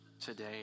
today